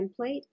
template